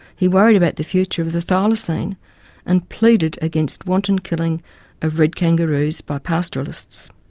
he worried about the future of the thylacine and pleaded against wonton killing of red kangaroos by pastoralists.